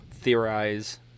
theorize